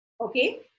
Okay